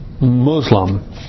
Muslim